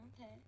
Okay